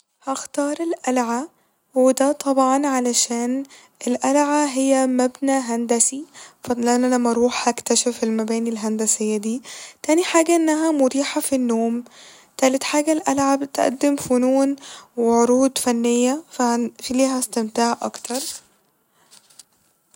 هختار القلعة وده طبعا علشان القلعة هي مبنى هندسي ف ل- انا لما اروح هكتشف المباني الهندسية دي تاني حاجة انها مريحة ف النوم تالت حاجة القلعة بتقدم فنون وعروض فنية ف ع- ليها استمتاع اكتر